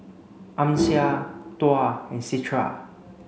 Amsyar Tuah and Citra